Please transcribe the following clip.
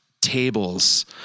Tables